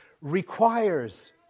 requires